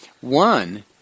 One